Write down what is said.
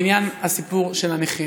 לעניין הסיפור של הנכים: